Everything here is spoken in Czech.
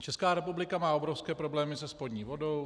Česká republika má obrovské problémy se spodní vodou.